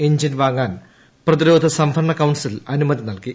engine വാങ്ങാൻ പ്രതിരോധ സംഭരണ കൌൺസിൽ അനുമതി നൽകി